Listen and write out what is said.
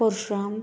Parshuram